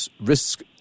risk